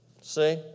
See